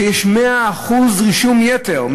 שיש בהם 100% רישום יתר,